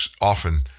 often